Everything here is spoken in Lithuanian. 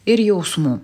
ir jausmų